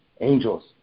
angels